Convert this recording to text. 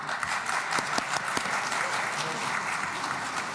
(מחיאות כפיים)